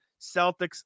Celtics